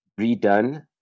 redone